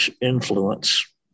influence